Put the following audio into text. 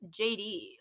JD